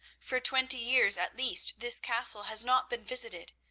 for twenty years at least this castle has not been visited,